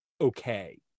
okay